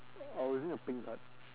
I'm using a pink card